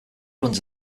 runs